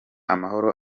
amahoro